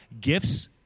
gifts